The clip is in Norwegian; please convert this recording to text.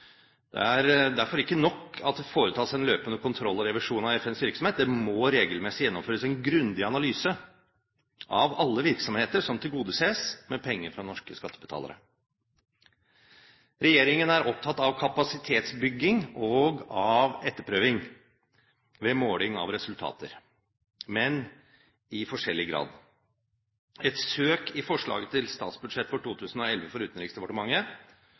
Det er derfor ikke nok at det foretas en løpende kontroll og revisjon av FNs virksomhet. Det må regelmessig gjennomføres en grundig analyse av alle virksomheter som tilgodeses med penger fra norske skattebetalere. Regjeringen er opptatt av kapasitetsbygging og av etterprøving ved måling av resultater – men i forskjellig grad. Et søk i forslaget til statsbudsjett for 2011 for Utenriksdepartementet